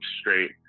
straight